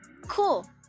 Cool